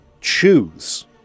choose